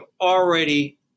already